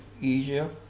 easier